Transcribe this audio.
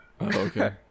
Okay